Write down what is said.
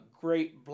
great